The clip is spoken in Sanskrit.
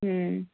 ह्